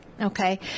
Okay